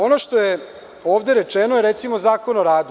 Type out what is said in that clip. Ono što je ovde rečeno je recimo Zakon o radu.